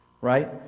Right